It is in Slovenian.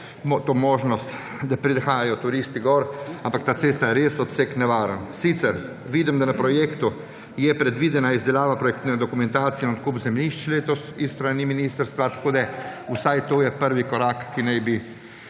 to možnost, da prihajajo turisti gor –, ampak ta cesta, odsek je res nevaren. Sicer vidim, da na projektu je predvidena izdelava projektne dokumentacije, odkup zemljišč letos s strani ministrstva. Tako je vsaj to prvi korak, ki naj bi